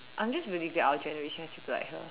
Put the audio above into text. I'm just really glad our generation should be like her